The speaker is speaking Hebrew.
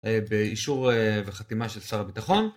באישור וחתימה של שר הביטחון